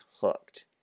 hooked